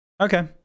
Okay